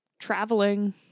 traveling